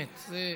חבר הכנסת אילן